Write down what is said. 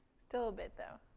still a bit, though.